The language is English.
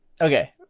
Okay